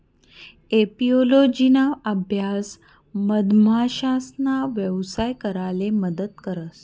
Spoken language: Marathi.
एपिओलोजिना अभ्यास मधमाशासना यवसाय कराले मदत करस